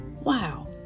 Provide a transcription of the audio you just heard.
Wow